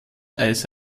eis